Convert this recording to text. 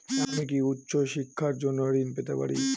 আমি কি উচ্চ শিক্ষার জন্য ঋণ পেতে পারি?